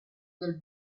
del